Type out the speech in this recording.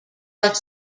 bus